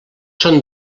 són